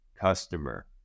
customer